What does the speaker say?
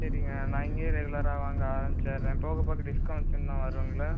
சரிங்க நான் இங்கேயே ரெகுலராக வாங்க ஆரம்மிச்சுர்றேன் போகப்போக டிஸ்கௌண்ட்ஸ் இன்னும் வருங்களா